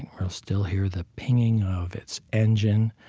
we'll still hear the pinging of its engine.